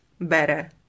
better